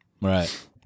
Right